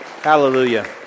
Hallelujah